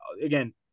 again